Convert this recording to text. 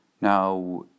Now